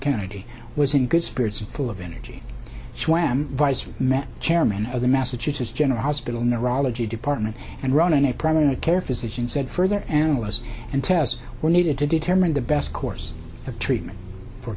kennedy was in good spirits and full of energy swam vised met chairman of the massachusetts general hospital neurology department and run in a primary care physician said further analyst and tests were needed to determine the best course of treatment for